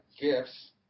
gifts